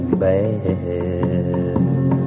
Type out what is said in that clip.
bad